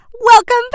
Welcome